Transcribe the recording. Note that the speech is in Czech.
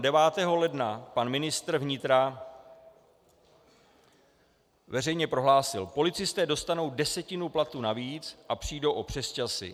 Devátého ledna pan ministr vnitra veřejně prohlásil: Policisté dostanou desetinu platu navíc a přijdou o přesčasy.